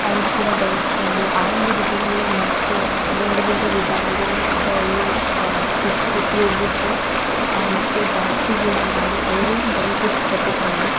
ಅವ್ರು ಕೂಡ ಬೆಳೆಸ್ಕೊಂಡು ಆ ಗಿಡಗಳಿಂದ ಮತ್ತು ಬೇರೆ ಬೇರೆ ವಿಧಾನಗಳಿಂದ ಯೂಸ್ ಪ ಉಪಯೋಗಿಸಿ ಮತ್ತೆ ಜಾಸ್ತಿ ಗಿಡ ಮಾಡಿ ಅವರು ಬೆನಿಫಿಟ್ಸ್ ತಗೊಳ್ಬೋದು